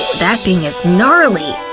that thing is gnarly!